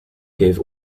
gave